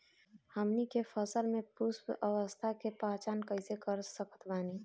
हमनी के फसल में पुष्पन अवस्था के पहचान कइसे कर सकत बानी?